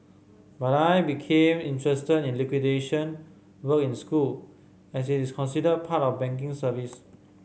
but I became interested in liquidation work in school as it is considered part of banking services